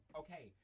okay